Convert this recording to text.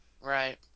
Right